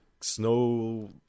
snow